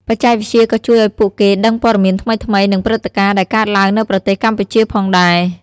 បច្ចេកវិទ្យាក៏ជួយឲ្យពួកគេដឹងព័ត៌មានថ្មីៗ និងព្រឹត្តិការណ៍ដែលកើតឡើងនៅប្រទេសកម្ពុជាផងដែរ។